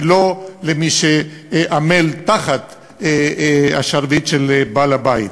ולא למי שעמל תחת השרביט של בעל הבית.